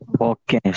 Okay